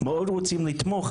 מאוד רוצים לתמוך,